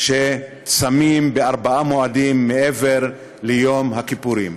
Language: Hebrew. שצמים בארבעה מועדים מעבר ליום הכיפורים.